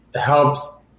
helps